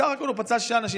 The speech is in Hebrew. בסך הכול, הוא פצע שישה אנשים.